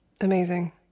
Amazing